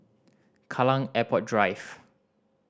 Kallang Airport Drive